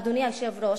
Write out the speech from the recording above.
אדוני היושב-ראש,